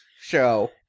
show